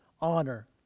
honor